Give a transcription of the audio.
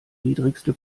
niedrigste